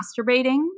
masturbating